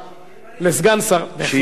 שיהיה בריא.